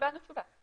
לא קיבלנו תשובה.